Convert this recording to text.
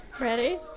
ready